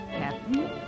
Captain